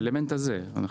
באלמנט הזה.